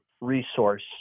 resource